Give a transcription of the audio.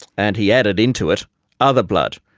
and he added into it other blood,